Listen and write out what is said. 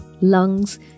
lungs